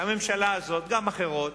שהממשלה הזאת, גם אחרות,